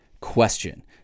question